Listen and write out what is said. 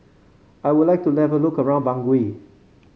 I would like to level look around Bangui